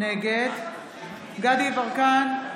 נגד דסטה גדי יברקן,